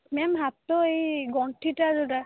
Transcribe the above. ma'am ହାତ ଏଇ ଗଣ୍ଠିଟା ଯେଉଁଟା